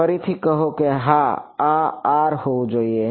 ફરીથી કહો હા આ આર હોવું જોઈએ